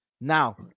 Now